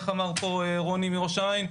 איך אמר פה רוני מראש העין?